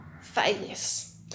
failures